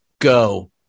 Go